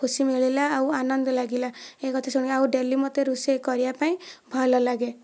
ଖୁସି ମିଳିଲା ଆଉ ଆନନ୍ଦ ଲାଗିଲା ଏ କଥା ଶୁଣି ଆଉ ଡେଲି ମୋତେ ରୋଷେଇ କରିବା ପାଇଁ ଭଲ ଲାଗେ